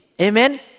Amen